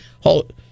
Hold